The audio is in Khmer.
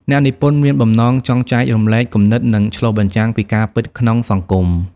អ្នកនិពន្ធមានបំណងចង់ចែករំលែកគំនិត និងឆ្លុះបញ្ចាំងពីការពិតក្នុងសង្គម។